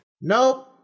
Nope